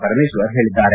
ಪರಮೇಶ್ವರ್ ಹೇಳಿದ್ದಾರೆ